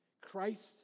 Christ